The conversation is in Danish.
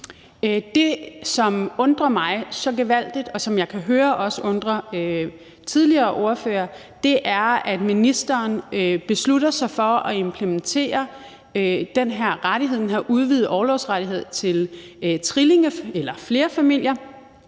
Det, som undrer mig så gevaldigt, og som jeg kan høre også undrer tidligere ordførere, er, at ministeren beslutter sig for at implementere den her rettighed, den her udvidede orlovsrettighed til familier